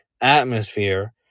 atmosphere